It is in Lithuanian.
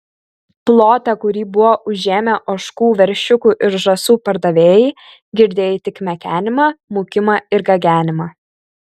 plote kurį buvo užėmę ožkų veršiukų ir žąsų pardavėjai girdėjai tik mekenimą mūkimą ir gagenimą